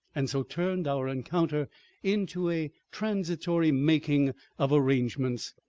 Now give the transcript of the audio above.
and so turned our encounter into a transitory making of arrangements.